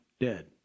dead